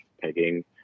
pegging